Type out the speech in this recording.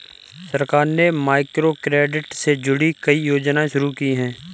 सरकार ने माइक्रोक्रेडिट से जुड़ी कई योजनाएं शुरू की